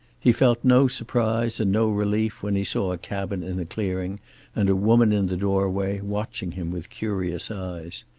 he felt no surprise and no relief when he saw a cabin in a clearing and a woman in the doorway, watching him with curious eyes.